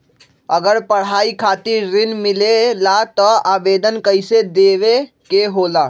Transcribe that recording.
अगर पढ़ाई खातीर ऋण मिले ला त आवेदन कईसे देवे के होला?